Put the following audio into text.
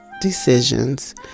decisions